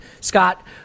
Scott